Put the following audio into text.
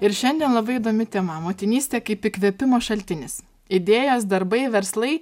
ir šiandien labai įdomi tema motinystė kaip įkvėpimo šaltinis idėjos darbai verslai